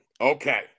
Okay